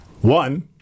one